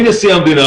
מנשיא המדינה,